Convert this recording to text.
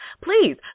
Please